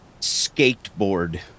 skateboard